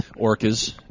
Orcas